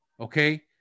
Okay